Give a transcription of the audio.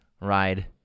ride